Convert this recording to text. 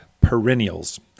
perennials